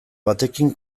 batekin